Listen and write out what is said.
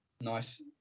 Nice